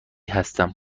هستم